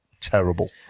terrible